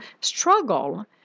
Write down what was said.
struggle